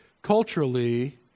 Culturally